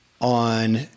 on